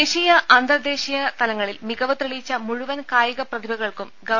ദേശീയ അന്തർദേശീയ തലങ്ങളിൽ മികവ് തെളിയിച്ച മുഴുവൻ കായിക പ്രതിഭകൾക്കും ഗവ